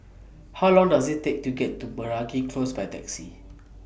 How Long Does IT Take to get to Meragi Close By Taxi